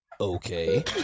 okay